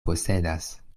posedas